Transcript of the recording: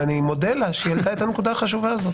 ואני מודה לה שהיא העלתה את הנקודה החשובה הזאת.